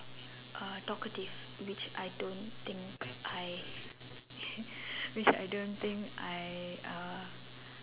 uh talkative which I don't think I which I don't think I uh